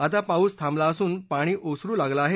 आता पाऊस थांबला असून पाणी ओसरु लागलं आहे